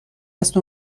است